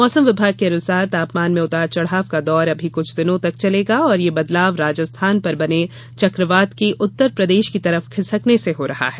मौसम विभाग के अनुसार तापमान में उतार चढ़ाव का दौर अभी कुछ दिनों तक चलेगा और यह बदलाव राजस्थान पर बने चक्रवात के उत्तरप्रदेश की तरफ खिसकने से हो रहा है